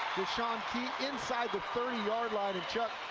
inside the thirty yard line, and chuck,